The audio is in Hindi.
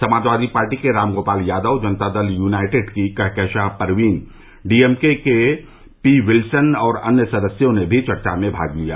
समाजवादी पार्टी के रामगोपाल यादव जनता दल यूनाइटेड की Kahkashan Parveen D M K K P Wilson और अन्य सदस्यों ने भी चर्चा में भाग लिया